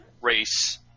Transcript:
race